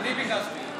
אני ביקשתי.